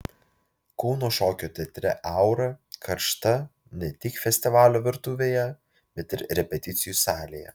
kauno šokio teatre aura karšta ne tik festivalio virtuvėje bet ir repeticijų salėje